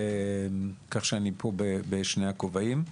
כך שאני פה בשני הכובעים.